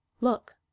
Look